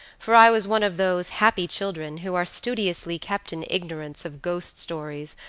for i was one of those happy children who are studiously kept in ignorance of ghost stories,